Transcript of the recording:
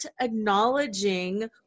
acknowledging